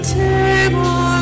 table